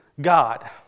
God